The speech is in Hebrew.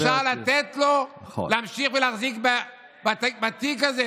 איך אפשר לתת לו להמשיך ולהחזיק בתיק הזה,